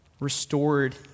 restored